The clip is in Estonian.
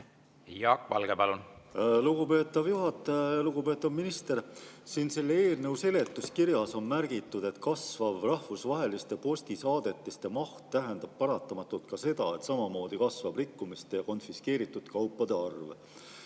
Kas teate seda? Lugupeetav juhataja! Lugupeetav minister! Siin selle eelnõu seletuskirjas on märgitud: "Kasvav rahvusvaheliste postisaadetiste maht tähendab paratamatult ka seda, et samamoodi kasvab rikkumiste ja konfiskeeritud kaupade arv.